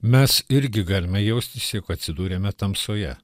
mes irgi galime jaustis jog atsidūrėme tamsoje